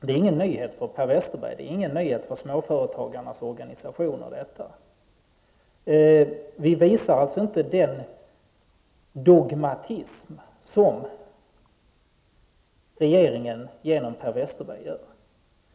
Det är ingen nyhet för Per Westerberg, och det är ingenting nytt för småföretagarnas organisationer. Vi visar inte den dogmatism som regeringen, genom Per Westerberg, gör.